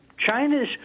China's